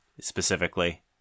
specifically